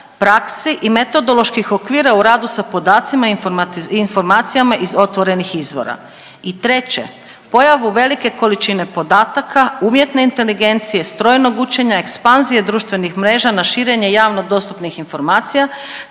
praksi i metodoloških okvira u radu sa podacima i informacijama iz otvorenih izvora i treće pojavu velike količine podataka, umjetne inteligencije, strojnog učenja, ekspanzije društvenih mreža na širenje javno dostupnih informacija,